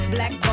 Black